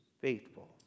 faithful